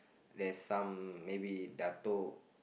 there's some maybe datuk